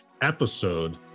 episode